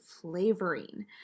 flavoring